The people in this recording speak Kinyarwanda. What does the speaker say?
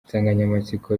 insanganyamatsiko